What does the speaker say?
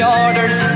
orders